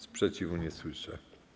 Sprzeciwu nie słyszę.